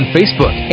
Facebook